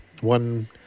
one